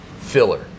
filler